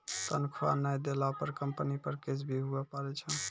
तनख्वाह नय देला पर कम्पनी पर केस भी हुआ पारै छै